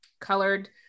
colored